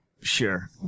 Sure